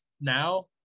now